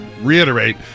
reiterate